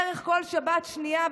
בערך כל שבת שנייה,